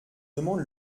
demande